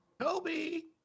Toby